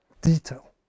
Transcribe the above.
detail